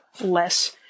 less